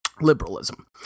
liberalism